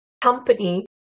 company